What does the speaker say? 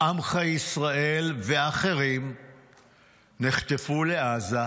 עמך ישראל ואחרים נחטפו לעזה.